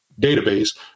database